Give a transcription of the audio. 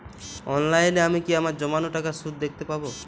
অনলাইনে আমি কি আমার জমানো টাকার সুদ দেখতে পবো?